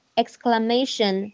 exclamation